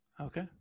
Okay